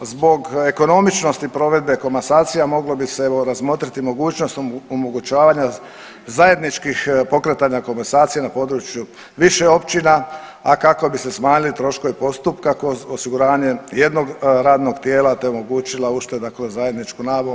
Zbog ekonomičnosti provedbe komasacija moglo bi se evo razmotriti mogućnost omogućavanja zajedničkih pokretanja komasacije na području više općina, a kako bi se smanjili troškovi postupka kroz osiguranje jednog radnog tijela, te omogućila ušteda kroz zajedničku nabavu.